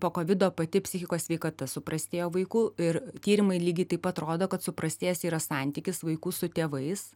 pokovido pati psichikos sveikata suprastėjo vaikų ir tyrimai lygiai taip pat rodo kad suprastės yra santykis vaikų su tėvais